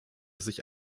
sich